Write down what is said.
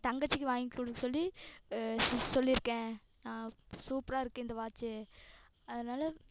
தங்கச்சிக்கு வாங்கி கொடுக்க சொல்லி சொல்லியிருக்கேன் நான் சூப்பராக இருக்குது இந்த வாட்ச் அதனால்